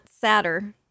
sadder